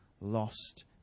lost